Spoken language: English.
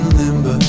limbo